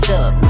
up